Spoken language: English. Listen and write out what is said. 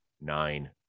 nine